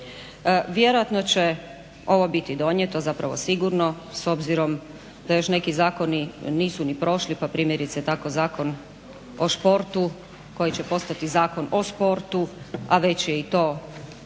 Vjerojatno će ovo biti donijeto zapravo sigurno s obzirom da još neki zakoni nisu ni prošli pa primjerice tako Zakon o športu koji će postati Zakon o sportu, a već je i to